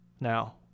Now